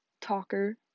talker